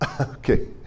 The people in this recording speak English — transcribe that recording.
okay